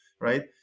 right